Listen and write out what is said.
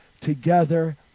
together